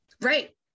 Right